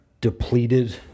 depleted